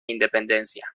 independencia